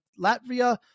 Latvia